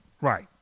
Right